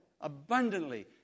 abundantly